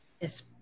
Yes